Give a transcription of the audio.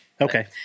Okay